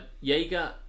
Jaeger